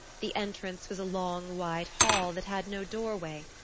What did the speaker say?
the entrance was a long, wide hall that had no doorway.